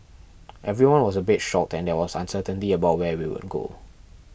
everyone was a bit shocked and there was uncertainty about where we would go